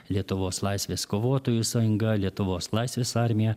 lietuvos laisvės kovotojų sąjungą lietuvos laisvės armija